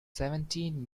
seventeen